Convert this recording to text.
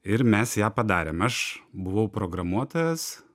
ir mes ją padarėm aš buvau programuotojas